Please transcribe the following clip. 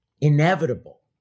inevitable